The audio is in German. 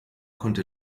konnte